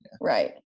Right